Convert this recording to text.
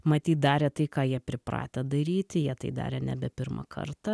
matyt darė tai ką jie pripratę daryti jie tai darė nebe pirmą kartą